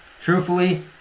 truthfully